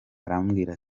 arambwira